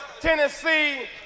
Tennessee